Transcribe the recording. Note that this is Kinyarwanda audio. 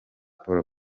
paulo